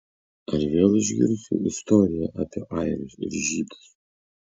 ar vėl išgirsiu istoriją apie airius ir žydus